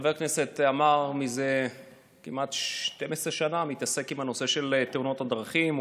חבר הכנסת עמאר מתעסק זה כמעט 12 שנה בנושא תאונות הדרכים.